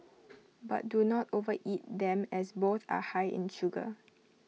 but do not overeat them as both are high in sugar